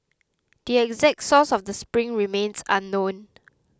the exact source of the spring remains unknown